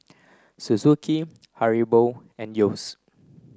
Suzuki Haribo and Yeo's